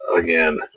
again